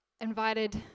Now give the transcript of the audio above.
invited